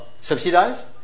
subsidized